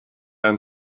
ein